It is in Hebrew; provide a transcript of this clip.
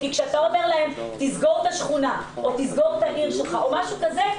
כי כשאתה אומר להם: תסגור את השכונה או תסגור את העיר שלך או משהו כזה,